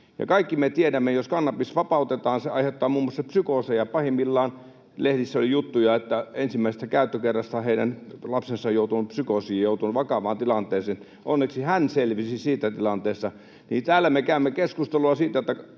kaikki me tiedämme, että jos kannabis vapautetaan, se aiheuttaa pahimmillaan muun muassa psykooseja. Lehdissä oli juttuja, että ensimmäisestä käyttökerrasta heidän lapsensa on joutunut psykoosiin ja joutunut vakavaan tilanteeseen. Onneksi hän selvisi siitä tilanteesta. Mutta täällä me käymme keskustelua siitä, että